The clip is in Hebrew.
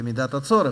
במידת הצורך,